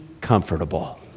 comfortable